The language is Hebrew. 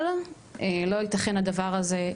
אבל לא ייתכן הדבר הזה,